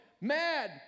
mad